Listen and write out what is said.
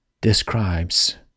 describes